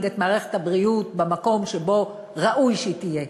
את מערכת הבריאות במקום שבו ראוי שהיא תהיה.